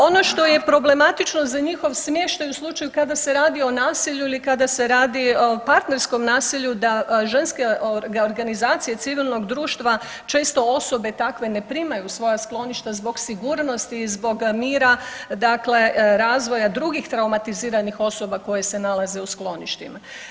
Ono što je problematično za njihov smještaj u slučaju kada se radi o nasilju ili kada se radi o partnerskom nasilju da ženske organizacije civilnog društva često osobe takve ne primaju u svoja skloništa zbog sigurnosti i zbog mira, dakle razvoja drugih traumatiziranih osoba koje se nalaze u skloništima.